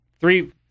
three